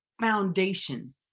foundation